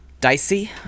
dicey